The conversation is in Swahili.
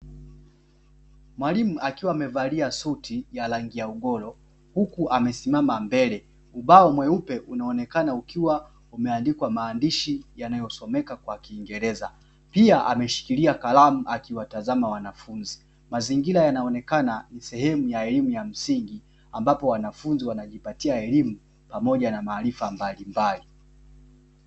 Mwalimu akiwa amevalia suti ya rangi ya ugoro huku amesimama mbele, ubao mweupe unaonekana ukiwa umendikwa maandishi yanayo someka kwa kiingereza, pia ameshikilia kalamu akiwatazama wanafunzi. Mazigira yanaonekana sehemu ya elimu ya msingi ambapo wanafunzi wanajipatia elimu pamoja na maarifa mbalimbali.